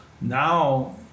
now